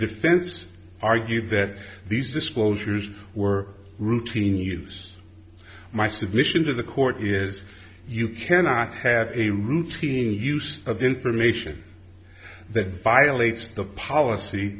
defense argued that these disclosures were routine use my submission to the court is you cannot have a routine use of information that violates the policy